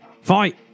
Fight